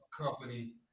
company